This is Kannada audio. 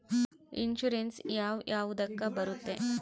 ಇನ್ಶೂರೆನ್ಸ್ ಯಾವ ಯಾವುದಕ್ಕ ಬರುತ್ತೆ?